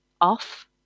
off